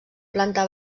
planta